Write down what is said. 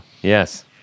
yes